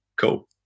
cool